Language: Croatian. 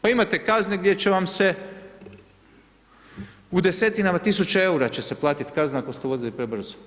Pa imate kazne gdje će vam se, u desetinama tisuća eura će se platit kazna ako ste vozili prebrzo.